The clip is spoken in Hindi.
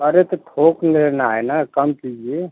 अरे तो थोक लेना है ना कम कीजिए